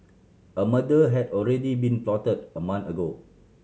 a murder had already been plotted a month ago